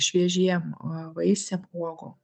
šviežiem vaisiam uogom